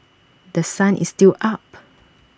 The Sun is still up